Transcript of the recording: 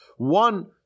One